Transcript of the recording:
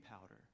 powder